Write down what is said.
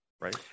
right